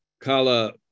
Kala